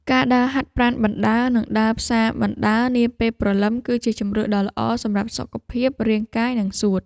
ការដើរហាត់ប្រាណបណ្ដើរ និងដើរផ្សារបណ្ដើរនាពេលព្រលឹម គឺជាជម្រើសដ៏ល្អសម្រាប់សុខភាពរាងកាយនិងសួត។